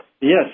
Yes